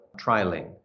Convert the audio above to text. trialing